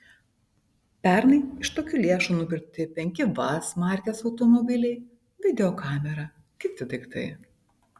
pernai iš tokių lėšų nupirkti penki vaz markės automobiliai videokamera kiti daiktai